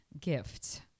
gift